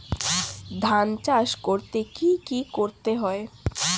ধান চাষ করতে কি কি করতে হয়?